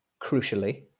Crucially